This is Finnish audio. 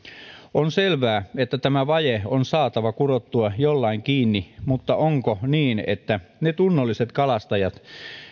on selvää että tämä vaje on saatava kurottua jollain kiinni mutta onko niin että ne tunnolliset kalastajat